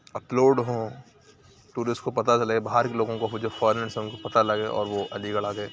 upload ہوں tourist کو پتہ چلے باہر کے لوگوں کو جو فورن سے ہوں اُن کو پتہ لگے اور وہ علی گڑھ آ جائیں